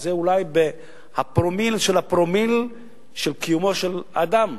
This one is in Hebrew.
שזה אולי הפרומיל של הפרומיל של קיומו של האדם.